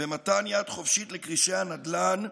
ומתן יד חופשית לכרישי הנדל"ן,